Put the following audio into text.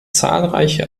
zahlreiche